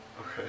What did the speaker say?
Okay